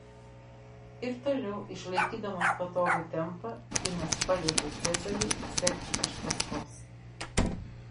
ir toliau išlaikydamas patogų tempą finas paliepė cezariui sekti iš paskos